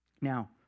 Now